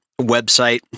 website